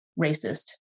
racist